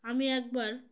আমি একবার